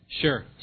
Sure